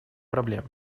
проблем